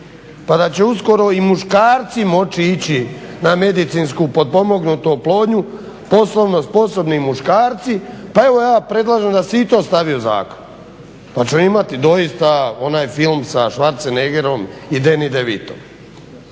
pa će uskoro i muškarci moći ići na medicinski potpomognutu oplodnju, poslovno sposobni muškarci. Pa evo ja predlažem da se i to stavi u zakon. Pa ćemo imati doista onaj film sa Schwarzerneggerom i Danny de Vitom.